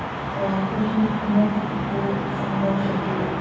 कुनै नृत नर्तकीको सङ्घर्षको